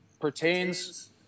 pertains